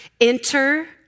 enter